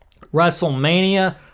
WrestleMania